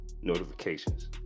notifications